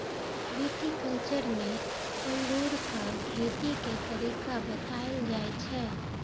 viticulture मे अंगूरक खेती के तरीका बताएल जाइ छै